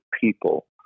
people